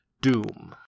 Doom